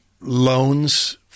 loans